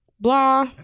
blah